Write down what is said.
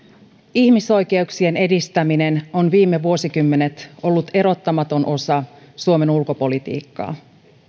ihmisoikeuksien edistäminen on viime vuosikymmenet ollut erottamaton osa suomen ulkopolitiikkaa